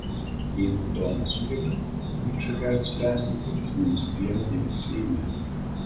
jeigu to nesugeba ginčą gali spręsti politinėmis priemonėmis seime